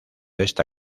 esta